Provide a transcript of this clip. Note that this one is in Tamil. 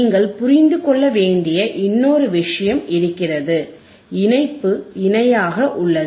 நீங்கள் புரிந்து கொள்ள வேண்டிய இன்னொரு விஷயம் இருக்கிறது இணைப்பு இணையாக உள்ளது